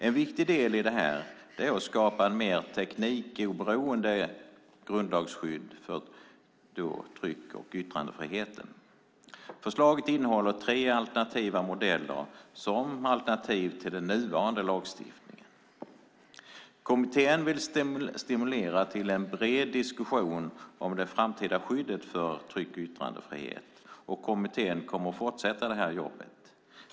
En viktig del i detta är att skapa ett mer teknikoberoende grundlagsskydd för tryck och yttrandefriheten. Förslaget innehåller tre alternativa modeller till den nuvarande lagstiftningen. Kommittén vill stimulera till en bred diskussion om det framtida skyddet för tryck och yttrandefriheten. Kommittén kommer att fortsätta sitt arbete.